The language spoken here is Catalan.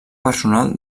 personal